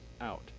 out